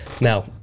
Now